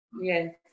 Yes